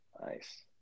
Nice